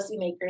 policymakers